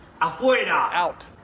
out